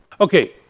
Okay